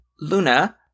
Luna